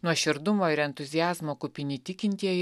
nuoširdumo ir entuziazmo kupini tikintieji